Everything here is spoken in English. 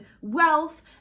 wealth